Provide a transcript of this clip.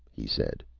he said.